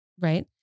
Right